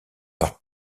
par